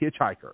hitchhiker